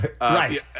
Right